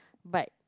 but